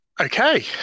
Okay